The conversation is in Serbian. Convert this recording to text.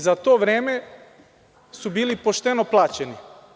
Za to vreme su bili pošteno plaćeni.